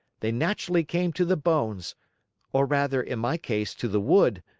they naturally came to the bones or rather, in my case, to the wood,